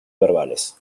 verbales